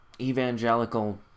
evangelical